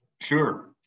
Sure